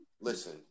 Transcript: Listen